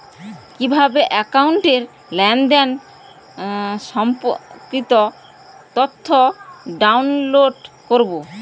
কিভাবে একাউন্টের লেনদেন সম্পর্কিত তথ্য ডাউনলোড করবো?